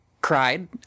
cried